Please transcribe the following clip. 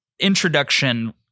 introduction